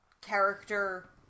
character